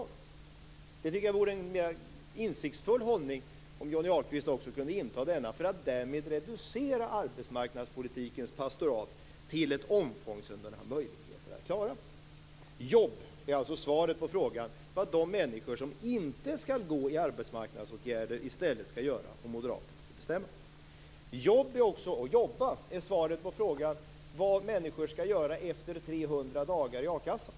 Jag tycker att det vore en mer insiktsfull hållning om Johnny Ahlqvist också kunde inta denna för att därmed reducera arbetsmarknadspolitikens pastorat till ett omfång som den har möjligheter att klara. Jobb är alltså svaret på fråga vad de människor som inte skall gå i arbetsmarknadsåtgärder i stället skall göra om moderaterna får bestämma. Jobba är svaret på frågan vad människor skall göra efter 300 dagar i a-kassan.